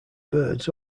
birds